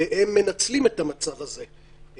והם מנצלים את המצב הזה.